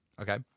Okay